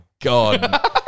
God